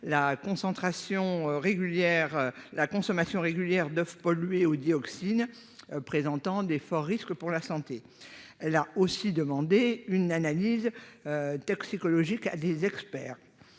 la consommation régulière 9 pollué aux dioxines présentant des forts risques pour la santé, elle a aussi demandé une analyse toxicologique des experts